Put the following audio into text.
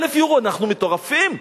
אנחנו מטורפים?